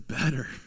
better